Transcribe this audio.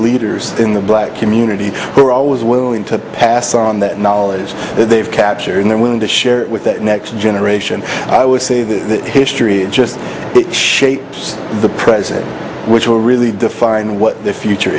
leaders in the black community who are always willing to pass on that knowledge that they've captured and they're willing to share it with that next generation i would say that history just shapes the present which will really define what the future